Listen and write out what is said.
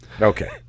Okay